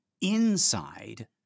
inside